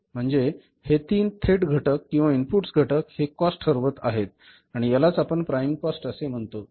म्हणजे हे तीन थेट घटक किंवा इनपुट्स घटक हे कॉस्ट ठरवत आहेत आणि यालाच आपण प्राइम कॉस्ट असे म्हणतो